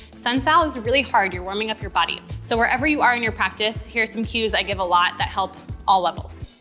sun sal is really hard you're warming up your body. so wherever you are in your practice, here's some cues i give a lot that help all levels.